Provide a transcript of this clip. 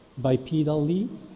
bipedally